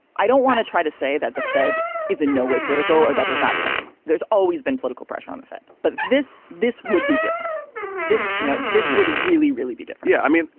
i don't want to try to say that the fed is in no way political or that there's not there's always been political pressure on the fed. but this this would be different this, you know, this would really, really be. yeah. i mean,